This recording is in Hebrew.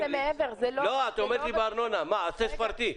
תפרטי,